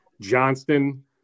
Johnston